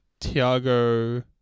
Tiago